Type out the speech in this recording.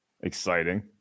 exciting